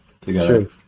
together